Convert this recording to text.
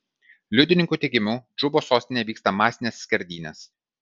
liudininkų teigimu džubos sostinėje vyksta masinės skerdynės